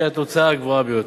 שהיא התוצאה הגבוהה ביותר.